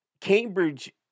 Cambridge